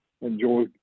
enjoy